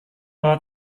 bawah